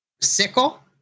sickle